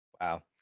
Wow